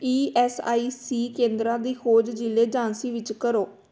E S I C ਕੇਂਦਰਾਂ ਦੀ ਖੋਜ ਜ਼ਿਲ੍ਹੇ ਝਾਂਸੀ ਵਿੱਚ ਕਰੋ